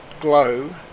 glow